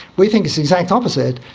we think it's the exact opposite,